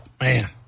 man